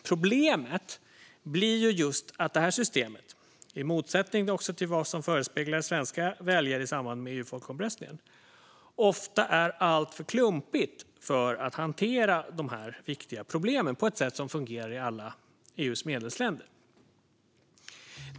Problemet blir att detta system, i motsättning till vad som förespeglades svenska väljare i samband med EU-folkomröstningen, ofta är alltför klumpigt för att hantera dessa viktiga problem på ett sätt som fungerar i alla EU:s medlemsländer.